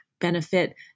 benefit